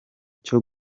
cyo